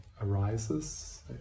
arises